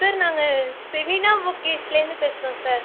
sir நாங்கள் செவினா பொக்கேஸ்லேருந்து பேசுகிறோம் சார்